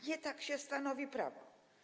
Nie tak się stanowi prawo.